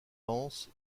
anse